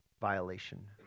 violation